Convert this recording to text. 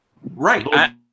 Right